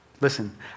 Listen